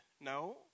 No